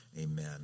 Amen